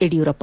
Yediyurappa